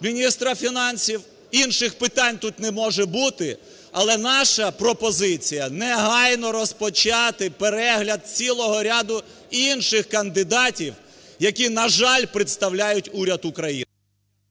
міністра фінансів, інших питань тут не може бути. Але наша пропозиція - негайно розпочати перегляд цілого ряду інших кандидатів, які, на жаль, представляють уряд України.